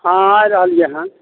हाँ आइ रहलियै हन